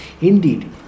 Indeed